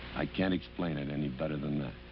i can't explain it any better than that.